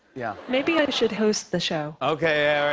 yeah. maybe i should host the show. okay. yeah